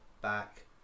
back